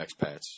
expats